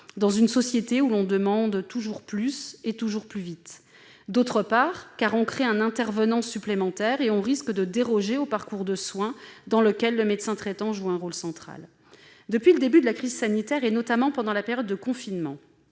dans une société où l'on demande toujours plus et toujours plus vite. En outre, on crée un intervenant supplémentaire et on risque de déroger au parcours de soins, dans lequel le médecin traitant joue un rôle central. Depuis le début de la crise sanitaire, notamment pendant la période de confinement,